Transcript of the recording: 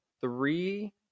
three